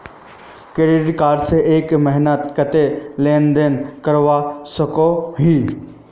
Credit card से एक महीनात कतेरी लेन देन करवा सकोहो ही?